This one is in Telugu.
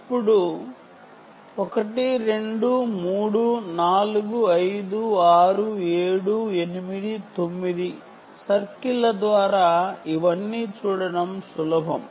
ఇప్పుడు 1 2 3 4 5 6 7 8 9 సర్కిల్ల ద్వారా ఇవన్నీ చూడటం సులభం